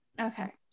Okay